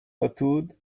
tattooed